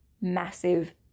massive